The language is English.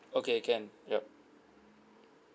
okay can yup